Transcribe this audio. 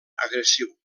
agressiu